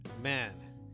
Man